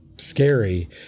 scary